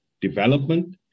Development